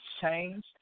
changed